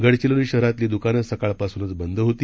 गडचिरोली शहरातली दुकानं सकाळपासूनच बंद होती